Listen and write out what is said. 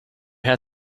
had